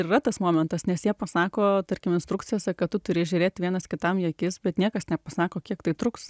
ir yra tas momentas nes jie pasako tarkim instrukcijose kad tu turi žiūrėt vienas kitam į akis bet niekas nepasako kiek tai truks